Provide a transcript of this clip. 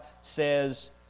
says